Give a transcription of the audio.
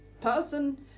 Person